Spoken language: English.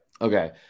Okay